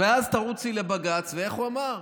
ואז תרוצי לבג"ץ, ואיך הוא אמר?